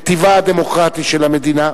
את טיבה הדמוקרטי של המדינה,